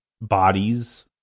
bodies